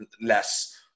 less